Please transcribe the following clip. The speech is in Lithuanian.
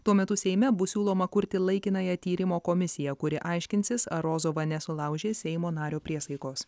tuo metu seime bus siūloma kurti laikinąją tyrimo komisiją kuri aiškinsis ar rozova nesulaužė seimo nario priesaikos